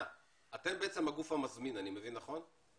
אתם בעצם הגוף המזמין, אני מבין נכון?